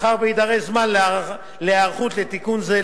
מאחר שיידרש זמן להיערכות לתיקון זה,